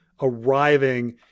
arriving